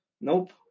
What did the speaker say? Nope